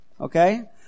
Okay